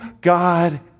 God